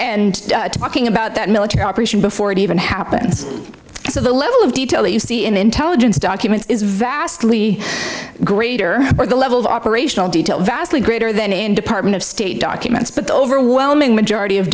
and talking about that military operation before it even happens so the level of detail that you see in intelligence documents is vastly greater the level of operational detail vastly greater than in department of state documents but the overwhelming majority of